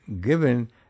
given